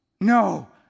No